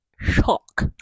shock